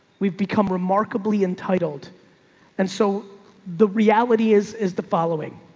we've become remarkably entitled and so the reality is, is the following